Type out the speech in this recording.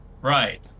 right